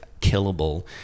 killable